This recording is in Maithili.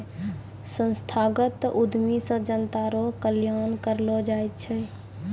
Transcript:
संस्थागत उद्यमी से जनता रो कल्याण करलौ जाय छै